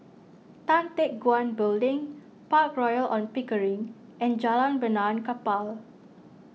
Tan Teck Guan Building Park Royal on Pickering and Jalan Benaan Kapal